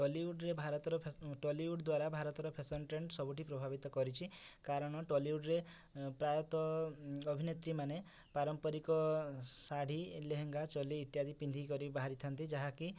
ଟଲିଉଡ଼୍ରେ ଭାରତର fashion Tollywood ଦ୍ଵାରା ଭାରତର ଫ୍ୟାସନ୍ ଟ୍ରେଣ୍ଡ ସବୁଠି ପ୍ରଭାବିତ କରିଛି କାରଣ ଟଲିଉଡ଼୍ରେ ପ୍ରାୟତଃ ଅଭିନେତ୍ରୀମାନେ ପାରମ୍ପାରିକ ଶାଢ଼ୀ ଲେହେଙ୍ଗା ଚୋଲୀ ଇତ୍ୟାଦି ପିନ୍ଧି କରି ବାହାରିଥାଆନ୍ତି ଯାହାକି